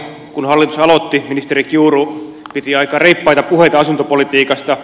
kun hallitus aloitti ministeri kiuru piti aika reippaita puheita asuntopolitiikasta